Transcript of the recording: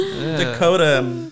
Dakota